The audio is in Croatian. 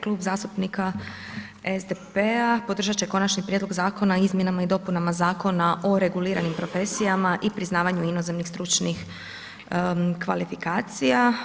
Klub zastupnika SDP-a podržati će Konačni prijedlog Zakona o Izmjenama i dopunama Zakona o reguliranim profesijama i priznavanju inozemnih stručnih kvalifikacija.